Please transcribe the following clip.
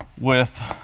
with,